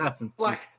Black